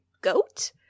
goat